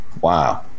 Wow